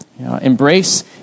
Embrace